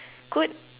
could